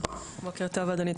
בוקר טוב, אדוני.